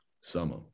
Summer